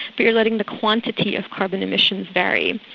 but you're letting the quantity of carbon emissions vary.